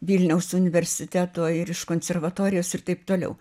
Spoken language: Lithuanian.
vilniaus universiteto ir iš konservatorijos ir taip toliau